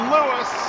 Lewis